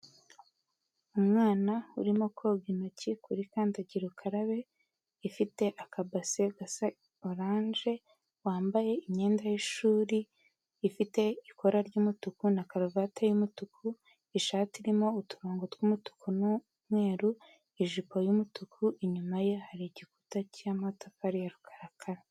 Umwana urimo koga intoki, kuri kandagira ukarabe, ifite akabase gasa orange, wambaye imyenda y'ishuri, ifite ikora ry'umutuku, na karuvati y'umutuku, ishati irimo uturongo tw'umutuku n'umweru, ijipo y'umutuku, inyuma ye hari igikuta cy'amatafari ya rukarakara.